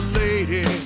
lady